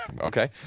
okay